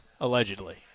Allegedly